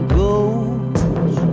goes